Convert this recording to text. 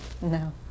No